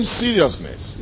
seriousness